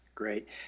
Great